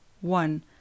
one